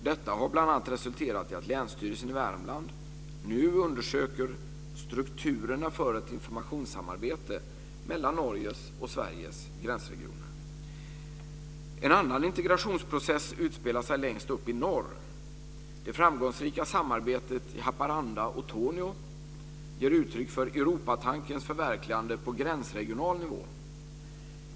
Detta har bl.a. resulterat i att Länsstyrelsen i Värmland nu undersöker strukturerna för ett informationssamarbete mellan Norges och Sveriges gränsregioner. En annan integrationsprocess utspelar sig längst upp i norr. Det framgångsrika samarbetet i Haparanda och Torneå ger uttryck för Europatankens förverkligande på gränsregional nivå.